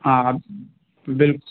हा हा बिल्कुलु